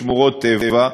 שמורות טבע,